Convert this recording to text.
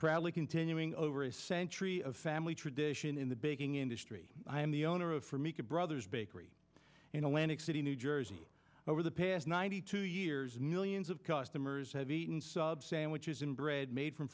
proudly continuing over a century of family tradition in the baking industry i am the owner of for mika brothers bakery in atlantic city new jersey over the past ninety two years millions of customers have eaten sub sandwiches and bread made from